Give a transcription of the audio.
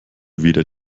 weder